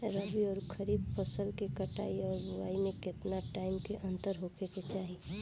रबी आउर खरीफ फसल के कटाई और बोआई मे केतना टाइम के अंतर होखे के चाही?